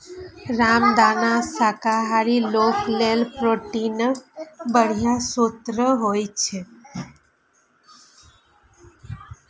रामदाना शाकाहारी लोक लेल प्रोटीनक बढ़िया स्रोत छियै